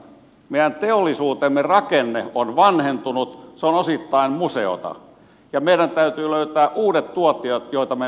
meidän teollisuutemme rakenne on vanhentunut se on osittain museota ja meidän täytyy löytää uudet tuotteet joita me myymme